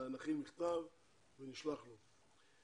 נכין מכתב ונשלח לו.